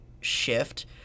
shift